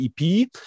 ep